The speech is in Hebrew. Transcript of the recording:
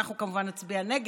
אנחנו כמובן נצביע נגד,